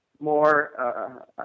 More